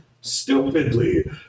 stupidly